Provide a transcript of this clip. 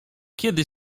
kiedy